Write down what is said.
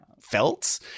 felt